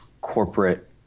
corporate